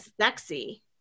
sexy